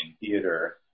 theater